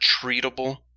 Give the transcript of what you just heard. treatable